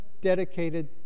dedicated